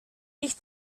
ich